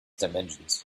dimensions